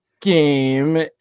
game